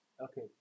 Okay